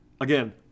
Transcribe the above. Again